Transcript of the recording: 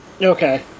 Okay